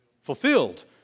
fulfilled